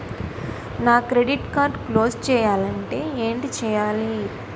నా credit card close చేయాలంటే ఏంటి చేయాలి?